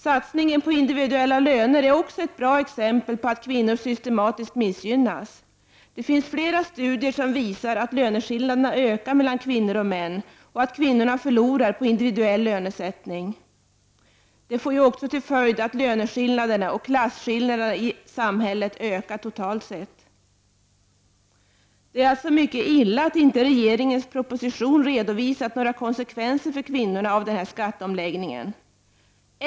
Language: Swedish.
Satsningen på individuella löner är också ett bra exempel på att kvinnor systematiskt missgynnas. Det finns flera studier som visar att löneskillnaderna ökar mellan kvinnor och män och att kvinnorna förlorar på individuell lönesättning. Det får också till följd att löneskillnaderna och klasskillnaderna i samhället ökar totalt sett. Det är mycket illa att inte regeringens proposition redovisat några konsekvenser för kvinnorna av den här skatteomläggningen.